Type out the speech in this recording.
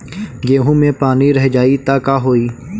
गेंहू मे पानी रह जाई त का होई?